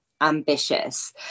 ambitious